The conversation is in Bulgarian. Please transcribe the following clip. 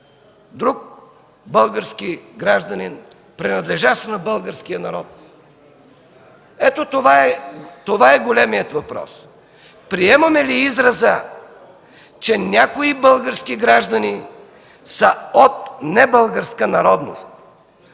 друг български гражданин, принадлежащ на българския народ? Ето това е големият въпрос: приемаме ли израза, че някои български граждани са от небългарска народност?